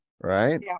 Right